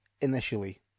initially